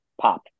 pop